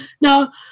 Now